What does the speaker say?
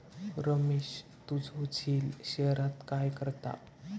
रमेश तुझो झिल शहरात काय करता?